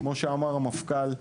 כמו שאמר המפכ"ל,